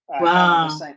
Wow